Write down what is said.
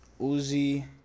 Uzi